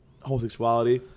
homosexuality